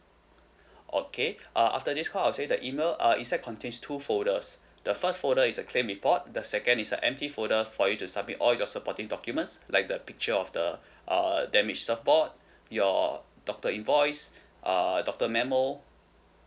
okay uh after this call I will send you the email uh inside contains two folders the first folder is a claim report the second is a empty folder for you to submit all your supporting documents like the picture of the err damaged support your doctor invoice err doctor memo